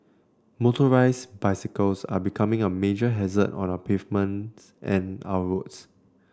motorised bicycles are becoming a major hazard on our pavements and our roads